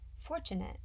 fortunate